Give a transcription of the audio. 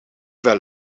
wel